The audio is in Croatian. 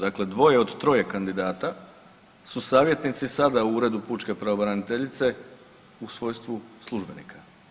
Dakle, dvoje od troje kandidata su savjetnici sada u Uredu pučke pravobraniteljice u svojstvu službenika.